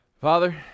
Father